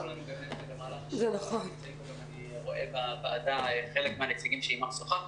שנמצאים בוועדה חלק מהנציגים שאתם שוחחנו.